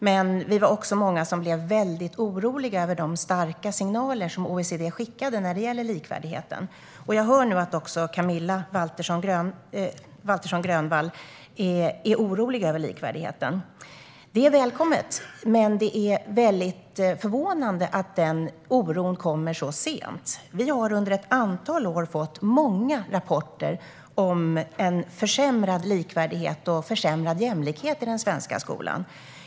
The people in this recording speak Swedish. Men vi var också många som blev väldigt oroliga över de starka signaler som OECD skickade när det gäller likvärdigheten. Jag hör nu att också Camilla Waltersson Grönvall är orolig över likvärdigheten. Det är välkommet, men det är förvånande att den oron kommer så sent. Vi har under ett antal år fått många rapporter om försämrad likvärdighet och försämrad jämlikhet i den svenska skolan.